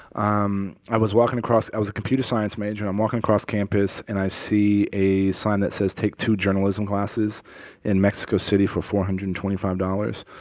um i was walking across i was a computer science major. and i'm walking across campus. and i see a sign that says, take two journalism classes in mexico city for four hundred and twenty five dollars.